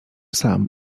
sam